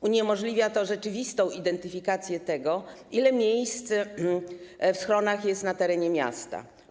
Uniemożliwia to rzeczywistą identyfikację tego, ile miejsc w schronach jest na terenie miasta.